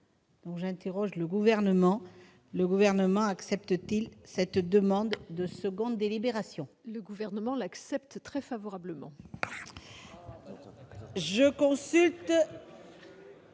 ou acceptée par le Gouvernement ». Le Gouvernement accepte-t-il cette demande de seconde délibération ? Le Gouvernement l'accepte très favorablement ! Je consulte